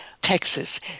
Texas